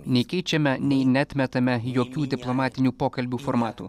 nei keičiame nei neatmetame jokių diplomatinių pokalbių formatų